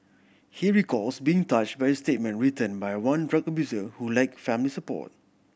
he recalls being touch by a statement written by one drug abuser who lack family support